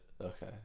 Okay